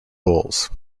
bulls